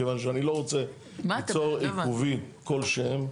מכיוון שאני לא רוצה ליצור עיכובים כלשהם.